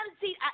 See